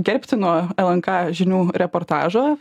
gerbtino lnk žinių reportažo